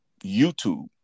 YouTube